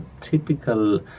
typical